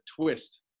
twist